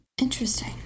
Interesting